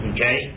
Okay